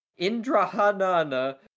Indrahanana